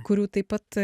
kurių taip pat